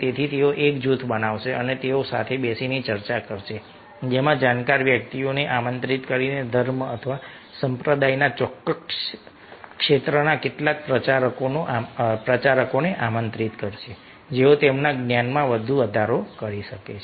તેથી તેઓ એક જૂથ બનાવશે અને તેઓ સાથે બેસીને ચર્ચા કરશે જેમાં જાણકાર વ્યક્તિઓને આમંત્રિત કરીને ધર્મ અથવા સંપ્રદાયના ચોક્કસ ક્ષેત્રના કેટલાક પ્રચારકોને આમંત્રિત કરશે જેઓ તેમના જ્ઞાનમાં વધુ વધારો કરી શકે છે